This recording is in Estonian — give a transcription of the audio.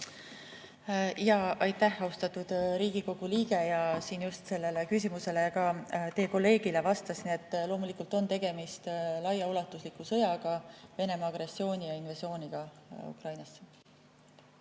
Aitäh, austatud Riigikogu liige! Ma siin just sellele küsimusele ka teie kolleegile vastasin, et loomulikult on tegemist laiaulatusliku sõjaga, Venemaa agressiooni ja invasiooniga Ukrainasse.